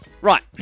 Right